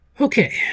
Okay